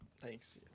thanks